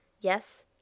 Yes